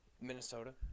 Minnesota